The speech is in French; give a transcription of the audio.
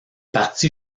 parti